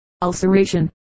ulceration